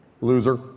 Loser